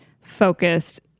focused